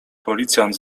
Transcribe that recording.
policjant